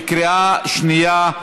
בקריאה שנייה,